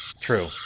True